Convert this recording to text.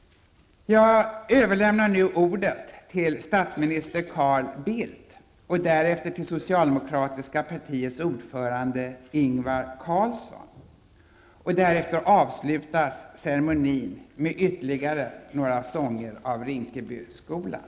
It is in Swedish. Jag överlämnar nu ordet till statsminister Carl Bildt och därefter till socialdemokratiska partiets ordförande Ingvar Carlsson. Därefter avslutas ceremonin med ytterligare några sånger av kören från Rinkebyskolan.